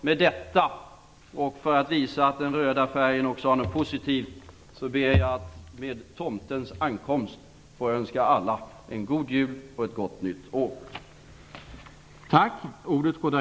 Med detta och för att visa att den röda färgen också har något positivt ber jag att med tomtens ankomst få önska alla en god jul och ett gott nytt år.